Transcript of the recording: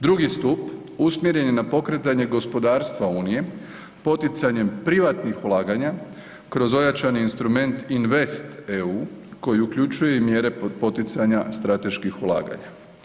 Drugi stup usmjeren je na pokretanje gospodarstva Unije poticanjem privatnih ulaganja kroz ojačani instrument „Invest EU“ koji uključuje i mjere poticanja strateških ulaganja.